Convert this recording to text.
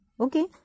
Okay